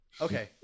Okay